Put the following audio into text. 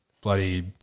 bloody